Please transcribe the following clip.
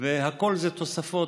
והכול זה תוספות,